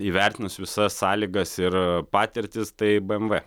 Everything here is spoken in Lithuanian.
įvertinus visas sąlygas ir patirtis tai bmw